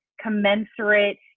commensurate